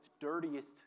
dirtiest